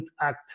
act